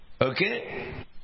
Okay